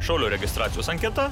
šaulio registracijos anketa